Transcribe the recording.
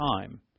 time